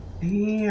the